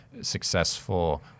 successful